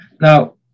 Now